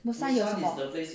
busan 有什么